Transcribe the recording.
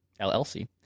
LLC